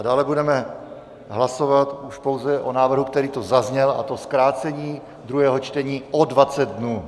Dále budeme hlasovat už pouze o návrhu, který tu zazněl, a to zkrácení druhého čtení o 20 dnů.